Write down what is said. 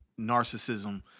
narcissism